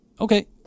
Okay